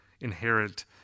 inherent